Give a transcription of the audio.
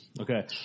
Okay